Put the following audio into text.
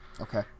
Okay